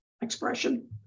expression